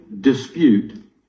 dispute